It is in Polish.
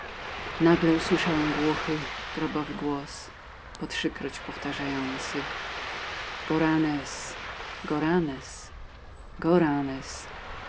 nagle usłyszałem ponury grobowy głos po trzykroć powtarzający goranez goranez